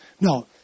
No